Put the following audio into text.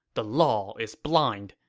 the law is blind.